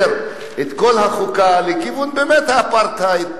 את כל החוקה באמת לכיוון האפרטהייד,